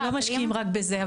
לא משקיעים רק בזה.